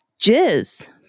jizz